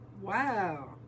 Wow